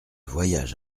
voyage